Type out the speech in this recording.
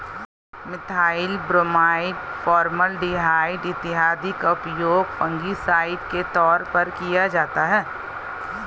methyl bromide, formaldehyde इत्यादि का उपयोग फंगिसाइड के तौर पर किया जाता है